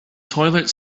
toilet